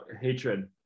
Hatred